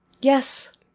Yes